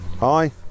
Hi